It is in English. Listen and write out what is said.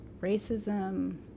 racism